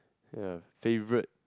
ya favourite